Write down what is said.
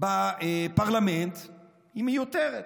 היא מיותרת.